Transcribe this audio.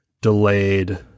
Delayed